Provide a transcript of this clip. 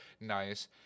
nice